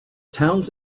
towns